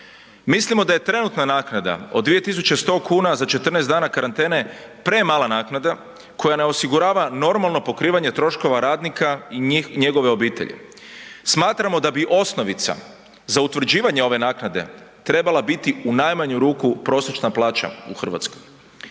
Mislimo da je trenutna naknada od 2.100 kuna za 14 dana karantene premala naknada koja ne osigurava normalno pokrivanje troškova radnika i njegove obitelji. Smatramo da bi osnovica za utvrđivanje ove naknade treba biti u najmanju ruku prosječna plaća u Hrvatskoj.